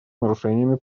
нарушениями